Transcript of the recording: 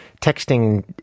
texting